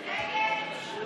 קבוצת סיעת ש"ס,